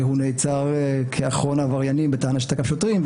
הוא נעצר כאחרון העבריינים בטענה שתקף שוטרים,